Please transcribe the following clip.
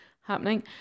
happening